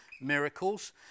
miracles